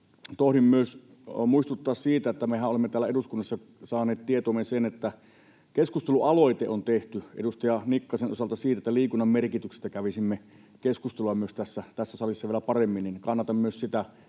Tohdin myös muistuttaa siitä, että mehän olemme täällä eduskunnassa saaneet tietoomme sen, että keskustelualoite on tehty edustaja Nikkasen taholta siitä, että liikunnan merkityksestä kävisimme keskustelua myös tässä salissa vielä paremmin. Kannatan myös sitä